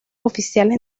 oficiales